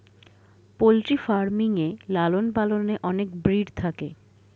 poultry farming এ লালন পালনে অনেক ব্রিড থাকে